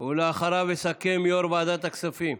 ואחריו יסכם יו"ר ועדת הכספים.